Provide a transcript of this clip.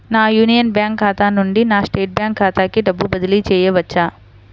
నా Union Bank ఖాతా నుండి నా స్టేట్ బ్యాంకు ఖాతాకి డబ్బు బదిలి చేయవచ్చా?